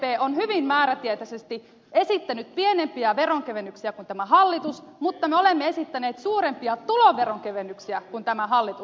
sdp on hyvin määrätietoisesti esittänyt pienempiä veronkevennyksiä kuin tämä hallitus mutta me olemme esittäneet suurempia tuloveron kevennyksiä kuin tämä hallitus